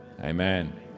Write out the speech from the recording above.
Amen